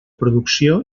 producció